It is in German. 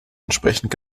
entsprechend